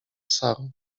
saro